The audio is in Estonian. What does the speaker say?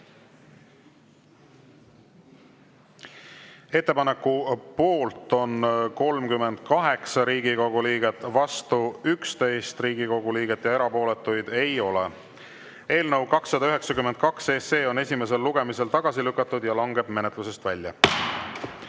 Ettepaneku poolt on 38 Riigikogu liiget, vastu on 11 Riigikogu liiget ja erapooletuid ei ole. Eelnõu 292 on esimesel lugemisel tagasi lükatud ja langeb menetlusest välja.